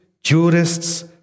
jurists